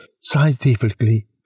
scientifically